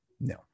no